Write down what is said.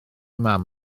mam